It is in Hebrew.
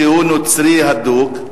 שהוא נוצרי אדוק,